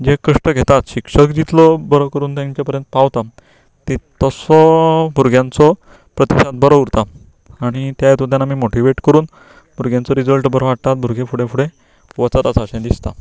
जे कश्ट घेतात शिक्षक जितलो बरो करून तांचे पर्यंत पावता तीत तसो भुरग्यांचो प्रतिसाद बरो उरता आनी तें हातुंतल्यान आमी मोटिवेट करून भुरग्यांचो रिजल्ट बरो हाडटात भुरगीं फुडें फुडें वचत आसा अशें दिसता